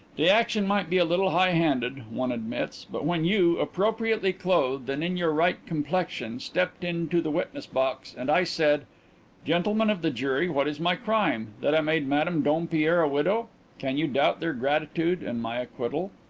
the action might be a little high-handed, one admits, but when you, appropriately clothed and in your right complexion, stepped into the witness-box and i said gentlemen of the jury, what is my crime? that i made madame dompierre a widow can you doubt their gratitude and my acquittal?